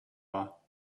war